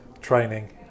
training